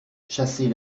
chasser